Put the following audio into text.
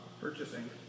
Purchasing